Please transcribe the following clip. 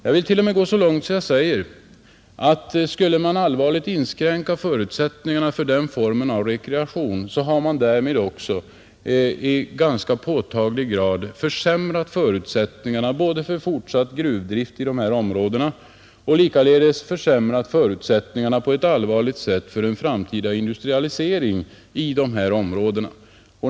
Jag vill t.o.m. gå så långt att jag påstår att om förutsättningarna för den formen av rekreation allvarligt skulle inskränkas, skulle därmed också i ganska påtaglig grad förutsättningarna försämras, både för fortsatt gruvdrift och för industrialiseringen i dessa områden.